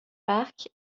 park